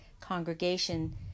congregation